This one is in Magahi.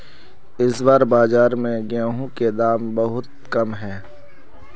इस बार बाजार में गेंहू के दाम बहुत कम है?